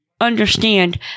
Understand